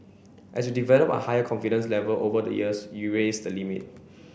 as you develop a higher confidence level over the years you raise the limit